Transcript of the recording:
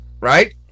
right